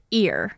ear